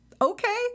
okay